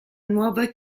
nuova